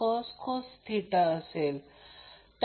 नंतर Zp conjugate Zp angle असेल हे मग्निट्यूड आहे